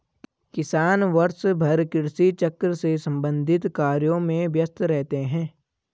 किसान वर्षभर कृषि चक्र से संबंधित कार्यों में व्यस्त रहते हैं